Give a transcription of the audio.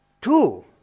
Two